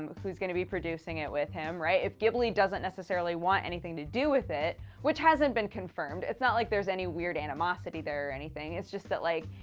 um who's gonna be producing it with him, right? if ghibli doesn't necessarily want anything to do with it which hasn't been confirmed it's not like there's any weird animosity there or anything, it's just that, like.